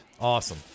awesome